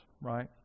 right